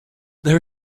there